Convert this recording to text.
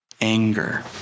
anger